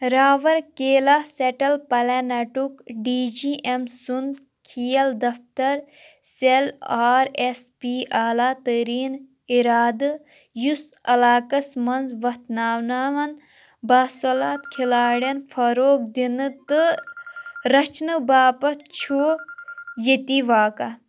راوَر کیلا سیٹَل پیلٮ۪نیٹُک ڈی جی ایم سُنٛد کھیل دَفتَر سیل آر ایس پی اعلیٰ تٔریٖن اِرادٕ یُس علاقَس منٛز وٮ۪تھناوناوَن باسَلات کھِلاڑٮ۪ن فَروٗغ دِنہٕ تہٕ رَچھنہٕ باپَتھ چھُ ییٚتی واقع